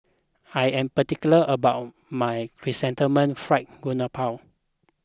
I am particular about my Chrysanthemum Fried Garoupa